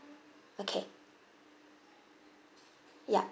okay ya